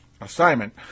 assignment